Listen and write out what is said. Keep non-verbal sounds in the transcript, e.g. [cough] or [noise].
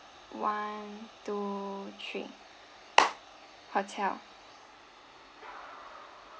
one two three [noise] hotel